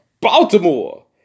Baltimore